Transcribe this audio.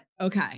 Okay